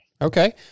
Okay